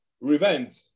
Revenge